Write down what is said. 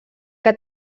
que